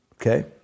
Okay